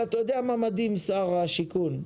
שר השיכון,